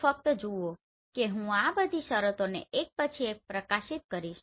તો ફક્ત જુઓ કે હું આ બધી શરતોને એક પછી એક પ્રકાશિત કરીશ